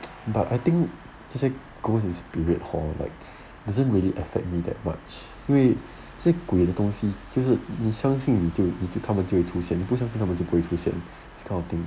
but I think 这些 ghosts and spirit hor like doesn't really affect me that much 因为这些鬼的东西就是你相信你就你就他们就会出现你不相信他们就不会出现 this kind of thing